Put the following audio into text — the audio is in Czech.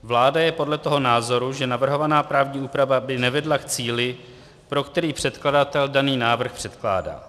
Vláda je proto toho názoru, že navrhovaná právní úprava by nevedla k cíli, pro který předkladatel daný návrh předkládá.